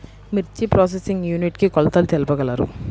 మిర్చి processing unit కి కొలతలు తెలుపగలరు?